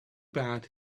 bad